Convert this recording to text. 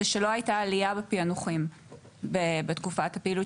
זה שלא הייתה עלייה בפיענוחים בתקופת הפעילות